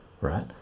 right